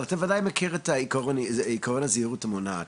אבל אתה וודאי מכיר עיקרון הזהירות המונעת.